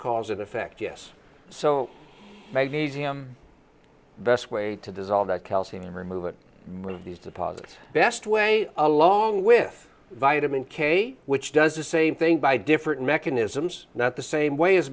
cause and effect yes so magnesium the best way to dissolve that calcium removing one of these deposits best way along with vitamin k which does the same thing by different mechanisms not the same way as